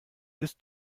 ist